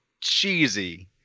cheesy